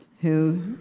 who